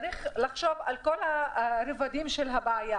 צריך לחשוב על כל הרבדים של הבעיה.